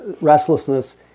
restlessness